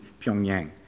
Pyongyang